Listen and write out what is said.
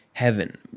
Heaven